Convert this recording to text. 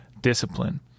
discipline